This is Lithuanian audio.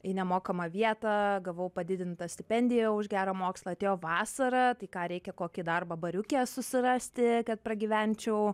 į nemokamą vietą gavau padidintą stipendiją už gerą mokslą atėjo vasara tai ką reikia kokį darbą bariuke susirasti kad pragyvenčiau